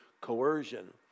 coercion